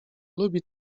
lubi